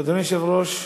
ואדוני היושב-ראש,